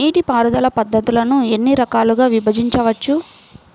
నీటిపారుదల పద్ధతులను ఎన్ని రకాలుగా విభజించవచ్చు?